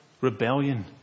rebellion